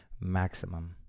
maximum